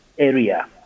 Area